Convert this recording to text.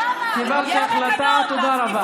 אינו נוכח מאיר יצחק הלוי,